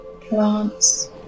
Plants